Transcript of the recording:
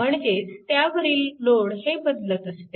म्हणजेच त्यावरील लोड हे बदलत असते